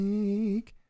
Take